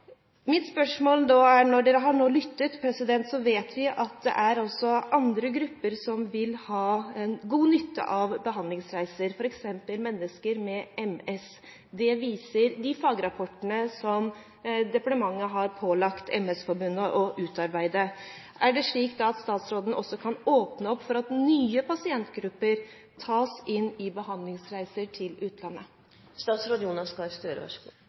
Når vi nå har lyttet, vet vi at det også er andre grupper som vil ha god nytte av behandlingsreiser, f.eks. mennesker med MS. Det viser de fagrapportene som departementet har pålagt MS-forbundet å utarbeide. Mitt spørsmål er: Kan statsråden åpne opp for at nye pasientgrupper tas inn i behandlingsreiser til